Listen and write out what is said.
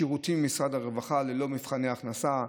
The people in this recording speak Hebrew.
שירותי משרד הרווחה ללא מבחני הכנסה,